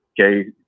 okay